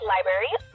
Library